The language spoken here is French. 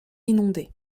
inondée